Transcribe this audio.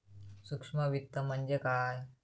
सूक्ष्म वित्त म्हणजे काय?